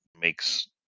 makes